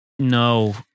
No